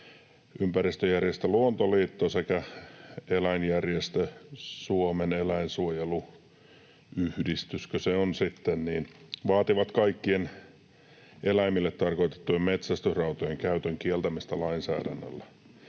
ympäristöjärjestö Luontoliitto sekä eläinjärjestö, onko se nyt sitten, Suomen eläinsuojeluyhdistys vaativat kaikkien eläimille tarkoitettujen metsästysrautojen käytön kieltämistä lainsäädännöllä.